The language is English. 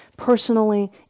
personally